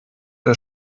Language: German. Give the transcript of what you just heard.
der